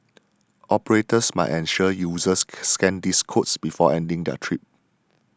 operators must ensure users scan these codes before ending their trip